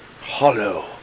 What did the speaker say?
Hollow